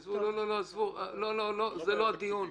עזבו, זה לא הדיון.